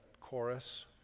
chorus